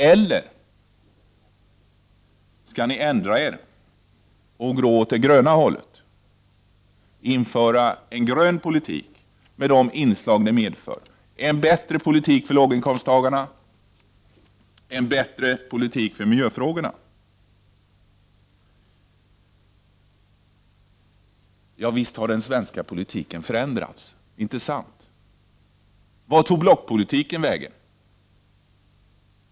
Eller skall ni ändra er och gå åt det gröna hållet och införa en grön politik med de inslag det medför, nämligen en bättre politik för låginkomsttagarna och en bättre politik i miljöfrågorna? Ja, visst har den svenska politiken förändrats. Inte sant? Vart tog blockpolitiken vägen?